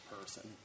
person